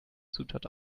zutat